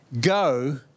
go